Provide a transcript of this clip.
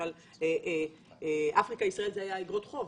למשל "אפריקה ישראל" זה היה אגרות חוב,